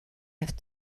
have